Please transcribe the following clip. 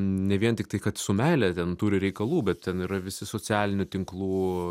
ne vien tiktai kad su meile ten turi reikalų bet ten yra visi socialinių tinklų